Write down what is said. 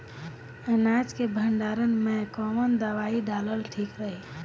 अनाज के भंडारन मैं कवन दवाई डालल ठीक रही?